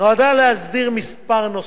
נועדה להסדיר כמה נושאים: